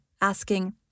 asking